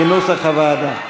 כנוסח הוועדה.